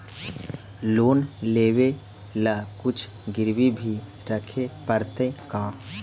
Loan लेबे ल कुछ गिरबी भी रखे पड़तै का?